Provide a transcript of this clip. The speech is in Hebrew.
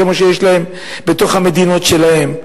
כמו שיש להם במדינות שלהם.